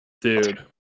Dude